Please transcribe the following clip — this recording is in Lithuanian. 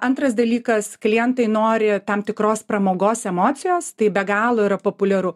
antras dalykas klientai nori tam tikros pramogos emocijos tai be galo yra populiaru